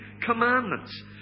commandments